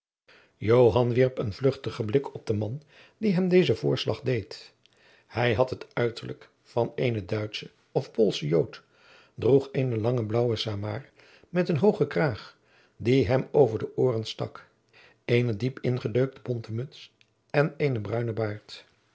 wierp een vluchtigen blik op den man die hem dezen voorslag deed hij had het uiterlijke van eenen duitschen of poolschen jood droeg eene lange blaauwe samaar met een hoogen kraag die hem over de ooren stak eene diep ingedrukte bonten muts en eenen bruinen baard